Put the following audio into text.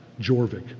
Jorvik